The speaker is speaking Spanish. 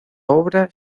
obra